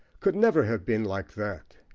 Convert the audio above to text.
could never have been like that.